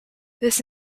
this